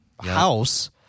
house